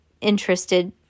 interested